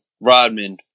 Rodman